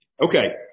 Okay